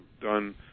done